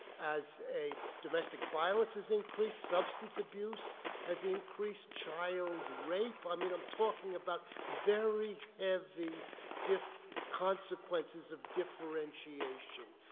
as a, domestic violence has increased, substance abuse has increased, child rape, i mean i'm talking about very heavy diff, consequences of differentiation.